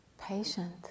patient